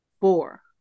four